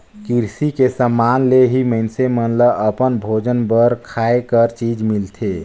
किरसी के समान ले ही मइनसे ल अपन भोजन बर खाए कर चीज मिलथे